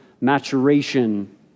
maturation